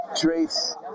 trace